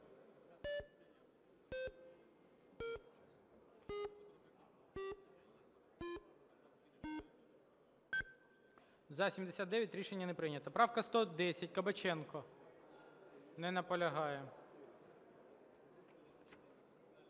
За – 79. Рішення не прийнято. Правка 110, Кабаченко. Не наполягає?